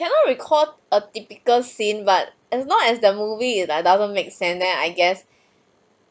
cannot recall a typical scene but as long as the movie is like doesn't make sense then I guess